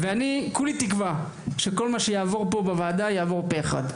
ואני כולי תקווה שכל מה שיעבור פה בוועדה יעבור פה אחד.